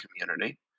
community